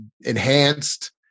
enhanced